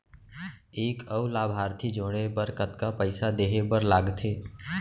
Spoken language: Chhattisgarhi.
एक अऊ लाभार्थी जोड़े बर कतका पइसा देहे बर लागथे?